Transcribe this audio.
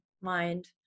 mind